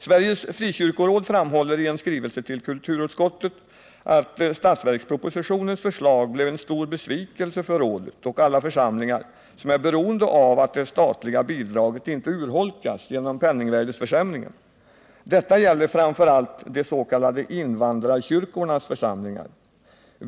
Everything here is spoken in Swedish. Sveriges frikyrkoråd framhåller i en skrivelse till kulturutskottet att statsverkspropositionens förslag blev en stor besvikelse för rådet och alla församlingar som är beroende av att det statliga bidraget inte urholkas genom penningvärdeförsämringen. Detta gäller framför allt de s.k. invandrarkyrkornas församlingar.